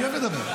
אני אוהב לדבר.